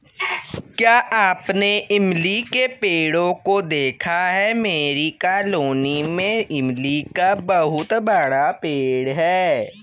क्या आपने इमली के पेड़ों को देखा है मेरी कॉलोनी में इमली का बहुत बड़ा पेड़ है